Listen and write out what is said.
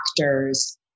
actors